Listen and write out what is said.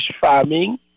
farming